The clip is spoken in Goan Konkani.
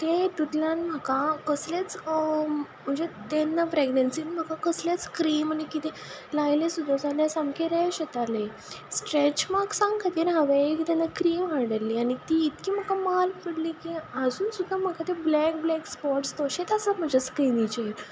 ते हेतूंतल्यान म्हाका कसलेंच म्हणजे तेन्ना प्रेगनेंन्सीन म्हाका कसलेच क्रीम आनी किदें लायले सुद्दां जाल्यार सामकी रॅश येताली स्ट्रेच मार्क्सां खातीर हांवें तेन्ना क्रीम हाडिल्ली आनी ती इतकी म्हाका माल पडली की आजून सुद्दां म्हाका ते ब्लॅक ब्लॅक स्पोट्स तशेंच आसा म्हजे स्किनीचेर